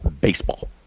baseball